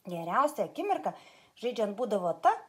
geriausia akimirka žaidžiant būdavo ta